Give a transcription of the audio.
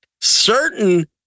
Certain